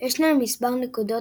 ישנן מספר נקודות,